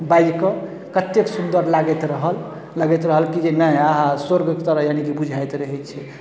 बाजिकऽ कतेक सुन्दर लागैत रहल लगैत रहल कि जे नहि आहाहा स्वर्ग तरह यानीकि बुझाइत रहै छै